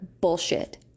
bullshit